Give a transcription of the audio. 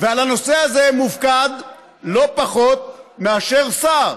ועל הנושא הזה מופקד לא פחות מאשר שר,